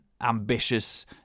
ambitious